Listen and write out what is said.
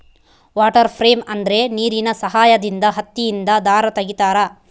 water frame ಅಂದ್ರೆ ನೀರಿನ ಸಹಾಯದಿಂದ ಹತ್ತಿಯಿಂದ ದಾರ ತಗಿತಾರ